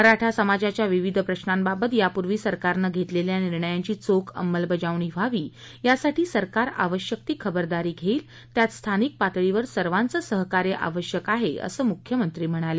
मराठा समाजाच्या विविध प्रशांवाबत यापूर्वी सरकारनं घेतलेल्या निर्णयांची चोख अंमलबजावणी व्हावी यासाठी सरकार आवश्यक ती खबरदारी घेईल त्यात स्थानिक पातळीवर सर्वांचं सहकार्य आवश्यक आहे असं मख्यमंत्री म्हणाले